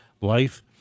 life